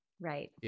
Right